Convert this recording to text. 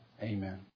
Amen